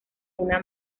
una